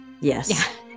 yes